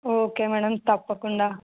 okay madam తప్పకుండా